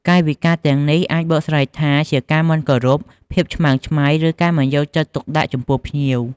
កាយវិការទាំងនេះអាចបកស្រាយថាជា ការមិនគោរព ភាពឆ្មើងឆ្មៃ ឬការមិនយកចិត្តទុកដាក់ចំពោះភ្ញៀវ។